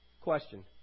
Question